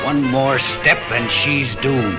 one more step and she's d